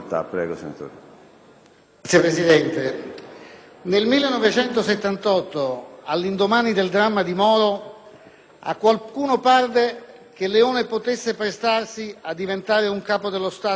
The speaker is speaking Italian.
Signor Presidente, nel 1978, all'indomani del dramma di Moro, a qualcuno parve che Leone potesse prestarsi a diventare un Capo dello Stato ricattabile.